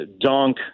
Dunk